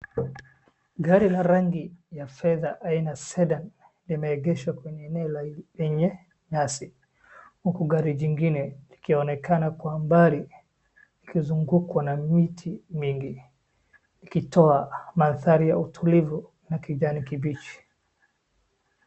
Gari la rangi ya fedha aina ceda, limeegeshwa kwenye eneo lenye nyasi. Huku gari jingine likionekana kwa mbali, likizungukwa na miti mingi. Likitoa mandhari ya utulivu na kijani kibichi.